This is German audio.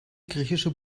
griechische